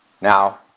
Now